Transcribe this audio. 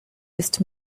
ist